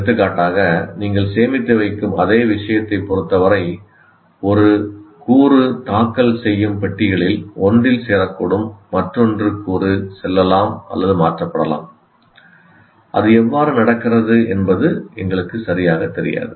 எடுத்துக்காட்டாக நீங்கள் சேமித்து வைக்கும் அதே விஷயத்தைப் பொறுத்தவரை ஒரு கூறு தாக்கல் செய்யும் பெட்டிகளில் ஒன்றில் சேரக்கூடும் மற்றொரு கூறு செல்லலாம் மாற்றப்படலாம் அது எவ்வாறு நடக்கிறது என்பது எங்களுக்கு சரியாகத் தெரியாது